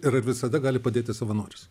ir ar visada gali padėti savanoris